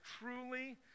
truly